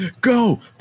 Go